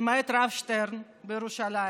למעט הרב שטרן בירושלים.